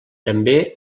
també